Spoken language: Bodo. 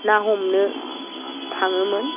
ना हमनो थाङोमोन